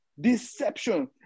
deception